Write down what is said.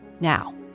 Now